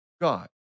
God